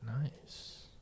Nice